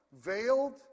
Veiled